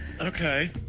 Okay